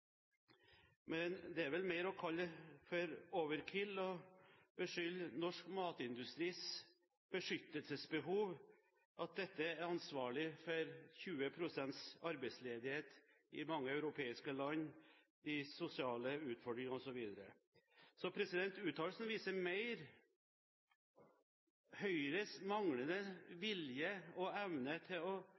men det må vel kalles «overkill» å beskylde norsk matindustris beskyttelsesbehov for å være ansvarlig for 20 pst. arbeidsledighet i mange europeiske land, de sosiale utfordringene osv. Uttalelsen viser mer Høyres manglende vilje og evne til å